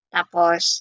Tapos